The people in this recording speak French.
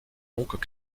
donc